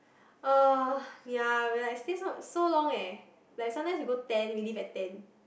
uh ya we like stay so so long eh like sometimes we go ten we leave at ten